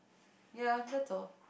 ya that's all